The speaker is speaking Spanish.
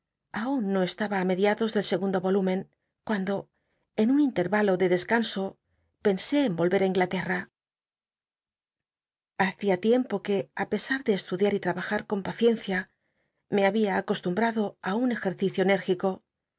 aun no cswba ii mediados del segundo volúmen cuando en nn intcl'valo de descanso pensé en volyer á inglaterra hacia tiempo que á pesar de estudiar y ll'abajar con paciencia me había acostumbr ado á un ejercicio enél'gico